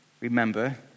remember